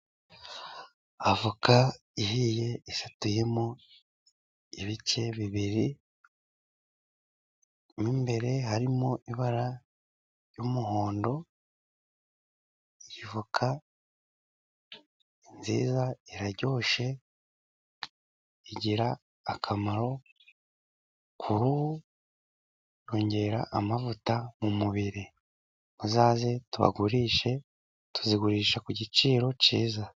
Avoka ihiye isatuyemo ibice bibiri. Mo imbere harimo ibara ry'umuhondo. Avoka nziza, iraryoshye, igira akamaro ku ruhu, yongera amavuta mu mubiri. Muzaze tubagurishe tuzigurisha ku giciro cyiza.